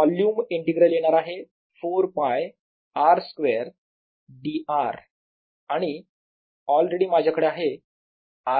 volume integral येणार आहे 4 π r square d r आणि ऑलरेडी माझ्याकडे आहे